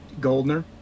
Goldner